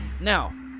Now